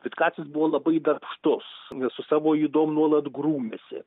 vitkacis buvo labai darbštus su savo ydom nuolat grūmėsi